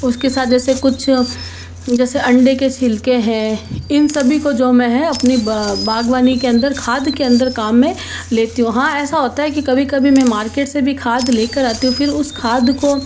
उसके साथ जैसे कुछ जैसे अंडे के छिलके हैं इन सभी को जो मैं है अपनी ब बाग़बानी के अंदर खाद के अंदर काम में लेती हूँ हाँ ऐसा होता है कि कभी कभी मैं मार्केट से भी खाद लेकर आती हूँ फिर उस खाद को